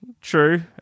true